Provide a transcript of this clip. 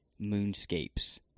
moonscapes